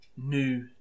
new